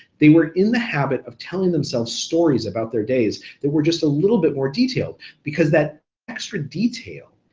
they were in the habit of telling themselves stories about their days that were just a little bit more detailed, because that extra detail,